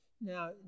Now